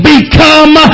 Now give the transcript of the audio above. become